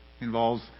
involves